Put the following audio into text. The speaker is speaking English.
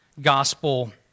gospel